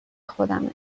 خودمه